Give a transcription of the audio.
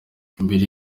mbere